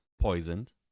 poisoned